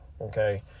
okay